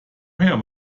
her